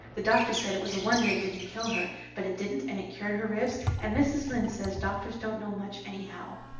the doctor said it was a wonder it dident kill her but it dident and it cured her ribs and mrs. lynde says doctors dont know much anyhow.